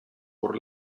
por